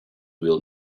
will